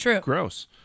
gross